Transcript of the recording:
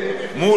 יחד עם,